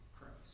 Christ